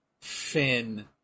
Finn